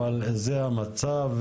אבל זה המצב.